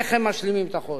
איך הם משלימים את החודש?